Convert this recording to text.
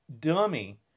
dummy